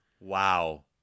Wow